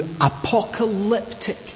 apocalyptic